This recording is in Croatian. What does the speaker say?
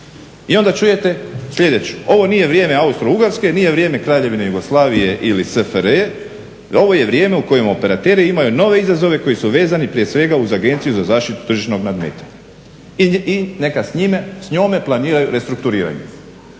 I onda čujete slijedeću: "Ovo nije vrijeme Austrougarske, nije vrijeme Kraljevine Jugoslavije ili SFRJ, ovo je vrijeme u kojemu operateri imaju nove izazove koji su vezani prije svega uz Agenciju za zaštitu tržišnog nadmetanja i neka s njome planiraju restrukturiranje.".